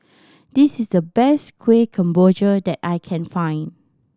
this is the best Kueh Kemboja that I can find